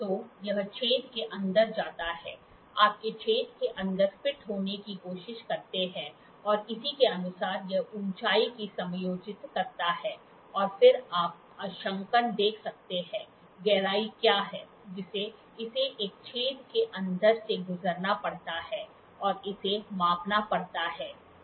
तो यह छेद के अंदर जाता है आप छेद के अंदर फिट होने की कोशिश करते हैं और इसी के अनुसार यह ऊंचाई को समायोजित करता है और फिर आप अंशांकन देख सकते हैं गहराई क्या है जिसे इसे एक छेद के अंदर से गुजरना पड़ता है और इसे मापना पड़ता है